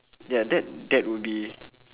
ya that that would be